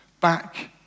back